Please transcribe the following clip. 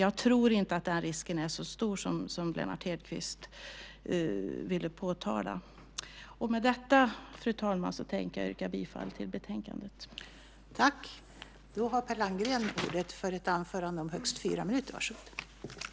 Jag tror inte att risken är så stor som Lennart Hedquist ville påtala. Med detta, fru talman, yrkar jag bifall till förslaget i betänkandet.